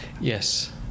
Yes